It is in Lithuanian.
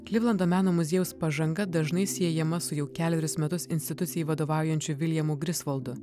klivlando meno muziejaus pažanga dažnai siejama su jau kelerius metus institucijai vadovaujančiu viljamu grisvaldu